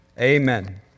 Amen